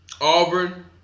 Auburn